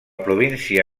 província